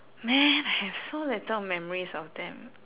man I have so little memories of them